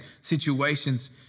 situations